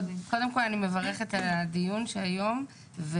הדיון שאנחנו מקיימים היום.